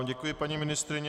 Děkuji vám, paní ministryně.